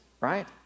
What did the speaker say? right